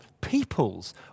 peoples